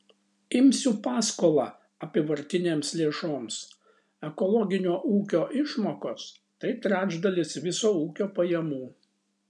imsiu paskolą apyvartinėms lėšoms ekologinio ūkio išmokos tai trečdalis viso ūkio pajamų